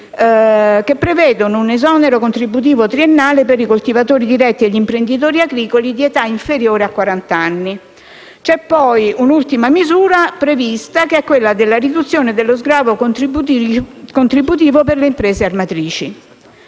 che prevedono l'esonero contributivo triennale per i coltivatori diretti e gli imprenditori agricoli di età inferiore a quarant'anni. C'è poi un'ultima misura prevista, quella della riduzione dello sgravio contributivo per le imprese armatrici.